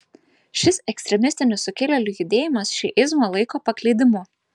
šis ekstremistinis sukilėlių judėjimas šiizmą laiko paklydimu